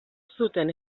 zuten